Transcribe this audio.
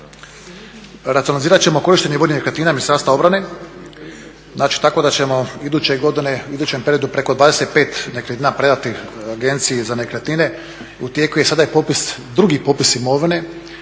Racionalizirat ćemo korištenje … Ministarstva obrane, znači tako da ćemo iduće godine, u idućem periodu preko 25 nekretnina predati Agenciji za nekretnine. U tijeku je, sada je popis, drugi popis imovine,